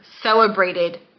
celebrated